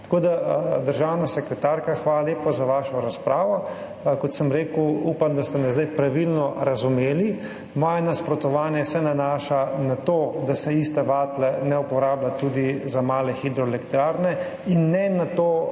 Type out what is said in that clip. Tako da, državna sekretarka, hvala lepa za vašo razpravo, kot sem rekel, upam, da ste me zdaj pravilno razumeli. Moje nasprotovanje se nanaša na to, da se istih vatlov ne uporablja tudi za male hidroelektrarne, in ne na to, da se